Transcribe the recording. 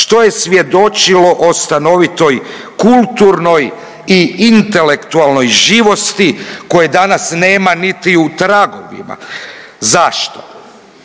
što je svjedočilo o stanovitoj kulturnoj i intelektualnoj živosti koje danas nema niti u tragovima. Zašto?